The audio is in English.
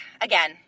again